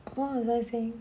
what was I saying